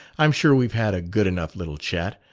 i'm sure we've had a good enough little chat.